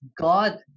God